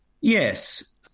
Yes